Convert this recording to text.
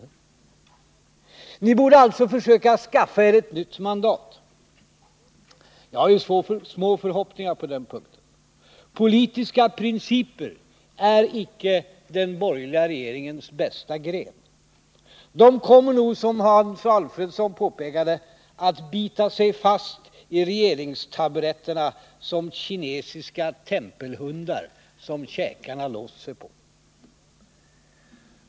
Man borde försöka skaffa sig ett nytt mandat. Men jag har små förhoppningar på den punkten. Politiska principer är icke den borgerliga regeringens bästa gren. De kommer nog, som Hans Alfredsson påpekade, att bita sig fast i regeringstaburetterna som kinesiska tempelhundar som käkarna låst sig på.